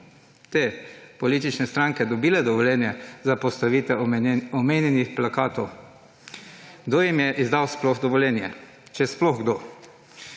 te politične stranke dobile dovoljenje za postavitev omenjenih plakatov? Kdo jim je izdal dovoljenje, če sploh kdo?